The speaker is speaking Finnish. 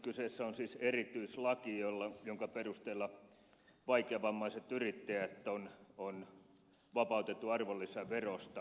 kyseessä on siis erityislaki jonka perusteella vaikeavammaiset yrittäjät on vapautettu arvonlisäverosta tietyin edellytyksin